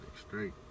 straight